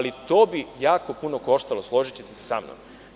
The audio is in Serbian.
To bi jako puno koštalo, složićete se sa mnom.